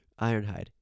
Ironhide